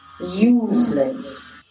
useless